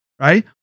right